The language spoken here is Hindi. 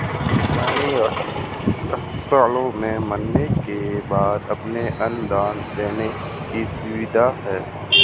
कई अस्पतालों में मरने के बाद अपने अंग दान देने की सुविधा है